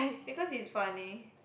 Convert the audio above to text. because he's funny